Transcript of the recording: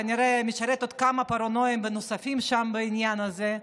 וכנראה משרת כמה פרנואידים נוספים שם בעניין הזה.